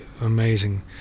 amazing